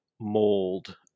mold